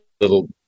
little